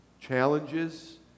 challenges